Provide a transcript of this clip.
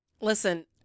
Listen